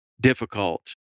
difficult